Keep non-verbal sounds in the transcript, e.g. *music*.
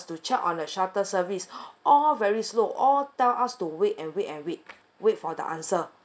to check on the shuttle service *breath* all very slow all tell us to wait and wait and wait wait for the answer